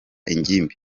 ingimbi